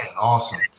Awesome